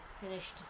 finished